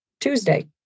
Tuesday